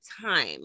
time